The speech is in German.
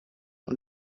und